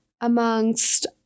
amongst